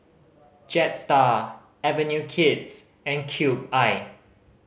Jetstar Avenue Kids and Cube I